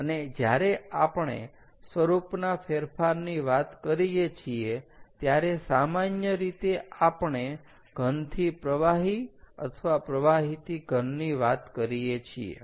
અને જ્યારે આપણે સ્વરૂપના ફેરફારની વાત કરીએ છીએ ત્યારે સામાન્ય રીતે આપણે ઘન થી પ્રવાહી અથવા પ્રવાહીથી ઘન ની વાત કરીયે છીએ